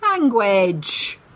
Language